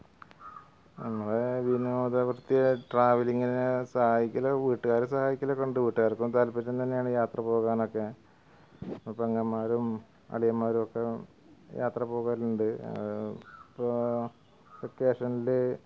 നമ്മളുടെ വിനോദവൃത്തിയെ ട്രാവല്ലിങ്ങിന് സഹായിക്കല് വീട്ട്കാര് സഹായിക്കലക്കെ ഉണ്ട് വീട്ടുകാര്ക്കും താല്പര്യം തന്നെയാണ് യാത്ര പോകാനൊക്കെ അപ്പം പെങ്ങന്മാരും അളിയമ്മാരുമൊക്കെ യാത്ര പോകലുണ്ട് ഇപ്പോൾ വെക്കേഷനില്